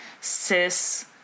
cis